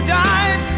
died